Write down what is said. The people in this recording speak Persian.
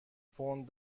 پوند